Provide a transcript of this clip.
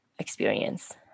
experience